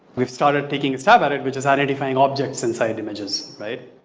we've started taking a stab at it which is identifying objects inside dimensions right?